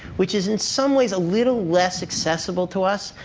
which is, in some ways, a little less accessible to us,